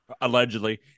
allegedly